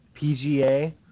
PGA